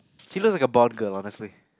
she looks like a bald girl honestly